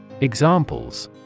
Examples